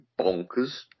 bonkers